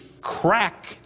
crack